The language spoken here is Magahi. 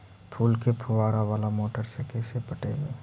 फूल के फुवारा बाला मोटर से कैसे पटइबै?